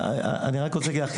אני רק רוצה להגיד לך,